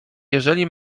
jeżeli